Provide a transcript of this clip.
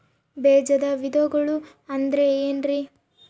ಬೇಜದ ವಿಧಗಳು ಅಂದ್ರೆ ಏನ್ರಿ?